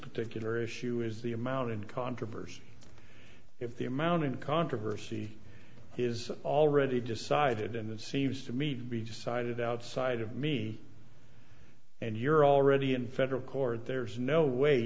particular issue is the amount of controversy if the amount of controversy is already decided in the cvs to meet be decided outside of me and you're already in federal court there's no way